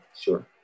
sure